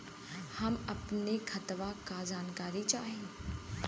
हम अपने खतवा क जानकारी चाही?